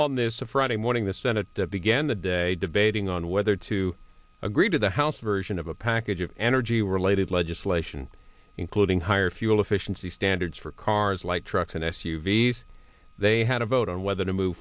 a friday morning the senate began the day debating on whether to agree to the house version of a package of energy related legislation including higher fuel efficiency standards for cars light trucks and s u v s they had a vote on whether to move